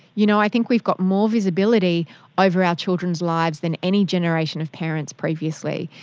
you know i think we've got more visibility over our children's lives than any generation of parents previously.